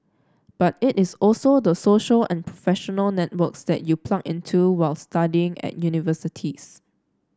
but it is also the social and professional networks that you plug into while studying at universities